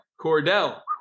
Cordell